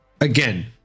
again